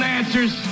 answers